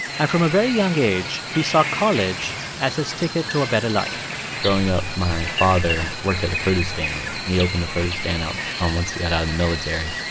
and from a very young age, he saw college as his ticket to a better life growing up, my father worked at a produce stand. he he opened a produce stand um once he got out of the military.